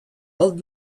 old